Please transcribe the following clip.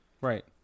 Right